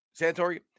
Santori